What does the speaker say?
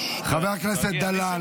חבר הכנסת דלל.